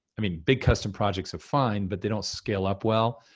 i mean, big custom projects are fine, but they don't scale up well.